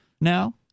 now